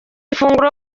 ifunguro